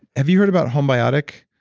have you heard about homebiotic?